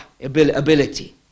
ability